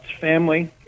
family